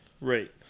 right